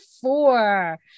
four